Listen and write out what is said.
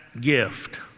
gift